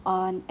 on